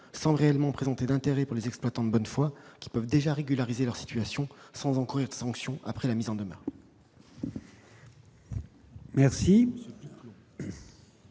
sans réellement présenter d'intérêt pour les exploitants de bonne foi, qui peuvent déjà régulariser leur situation sans encourir de sanction après la mise en demeure. La